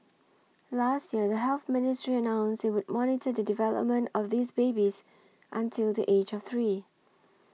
last year the Health Ministry announced it would monitor the development of these babies until the age of three